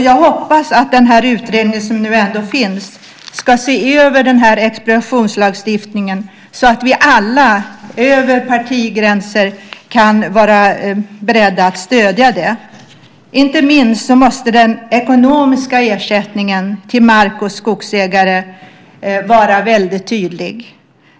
Jag hoppas att den utredning som nu ändå finns ska se över expropriationslagstiftningen så att vi alla över partigränser kan vara beredda att stödja den. Inte minst måste den ekonomiska ersättningen till mark och skogsägare vara väldigt tydlig.